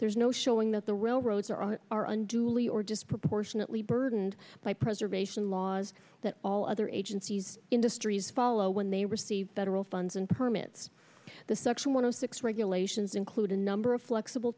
there's no showing that the railroads are or are unduly or disproportionately burdened by preservation laws that all other agencies industries follow when they receive federal funds and permits the section one of six regulations include a number of flexible